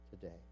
today